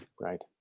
Right